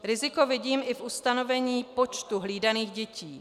Riziko vidím i v ustanovení počtu hlídaných dětí.